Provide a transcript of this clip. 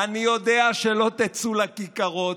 אני יודע שלא תצאו לכיכרות,